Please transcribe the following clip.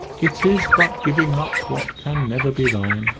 it is but giving up what can never be thine,